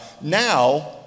now